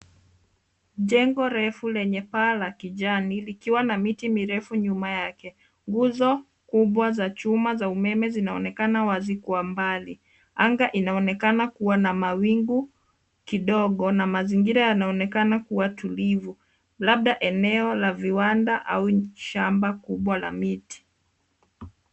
Jengo refu lenye paa la kijani likiwa na miti mirefu nyuma yake. Nguzo kubwa za chuma za umeme zinaonekana wazi kwa mbali. Anga inaonekana kuwa na mawingu kidogo na mazingira yanaonekana kuwa tulivu, labda eneo la viwanda au shamba kubwa la miti.